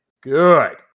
good